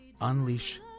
Unleash